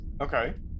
okay